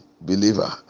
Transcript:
believer